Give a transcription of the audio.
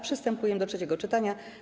Przystępujemy do trzeciego czytania.